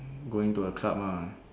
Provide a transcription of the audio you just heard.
going to a club ah